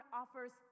offers